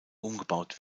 umgebaut